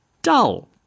dull